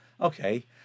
okay